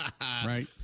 Right